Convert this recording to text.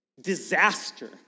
disaster